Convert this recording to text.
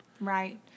Right